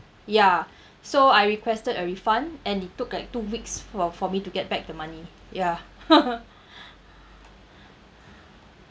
ya so I requested a refund and they took like two weeks for for me to get back the money ya